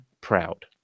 proud